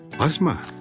Asma